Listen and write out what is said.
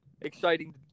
exciting